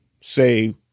say